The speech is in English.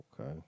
Okay